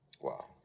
Wow